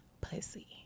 pussy